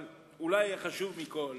אבל אולי החשוב מכל